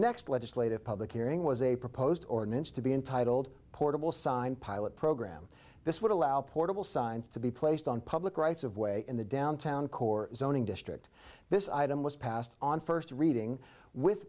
next legislative public hearing was a proposed ordinance to be entitled portable sign pilot program this would allow portable signs to be placed on public rights of way in the downtown core zoning district this item was passed on first reading with